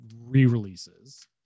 re-releases